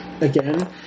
Again